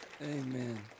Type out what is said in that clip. Amen